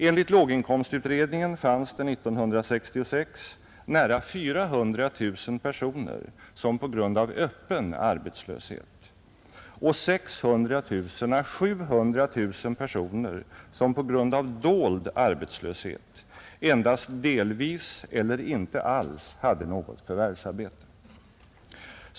Enligt låginkomstutredningen fanns det 1966 nära 400 000 personer som på grund av öppen arbetslöshet och 600 000 å 700 000 personer som på grund av dold arbetslöshet endast delvis eller inte alls hade något förvärvsarbete.